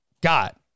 Got